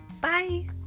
bye